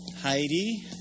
Heidi